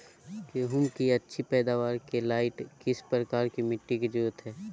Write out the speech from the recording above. गेंहू की अच्छी पैदाबार के लाइट किस प्रकार की मिटटी की जरुरत है?